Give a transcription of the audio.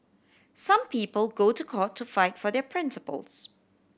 some people go to court to fight for their principles